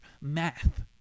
math